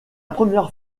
première